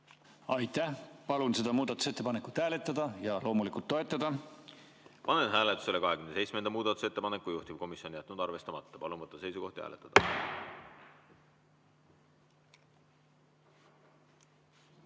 Aitäh! Palun seda muudatusettepanekut hääletada ja loomulikult toetada. Panen hääletusele 27. muudatusettepaneku. Juhtivkomisjon on jätnud arvestamata. Palun võtta seisukoht ja hääletada!